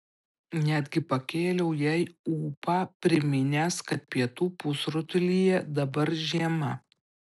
netgi pakėliau jai ūpą priminęs kad pietų pusrutulyje dabar žiema